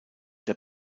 der